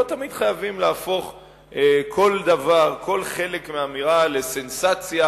לא תמיד חייבים להפוך כל חלק מאמירה לסנסציה,